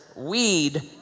Weed